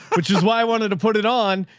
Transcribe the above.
which is why i wanted to put it on.